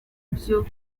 ibyo